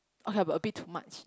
okay but a bit too much